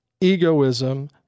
egoism